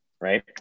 right